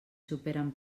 superen